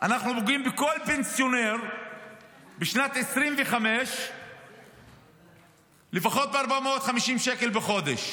אנחנו פוגעים בכל פנסיונר בשנת 2025 לפחות ב-450 שקל בחודש,